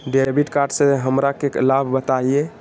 Debit card से हमरा के लाभ बताइए?